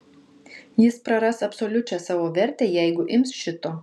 jis praras absoliučią savo vertę jeigu ims šito